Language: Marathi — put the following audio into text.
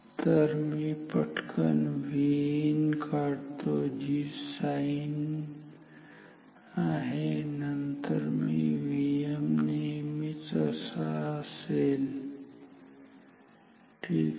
तर मी पटकन Vin काढतो जी साईन आहे आणि नंतर मी Vm नेहमीच असा असेल ठीक आहे